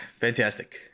fantastic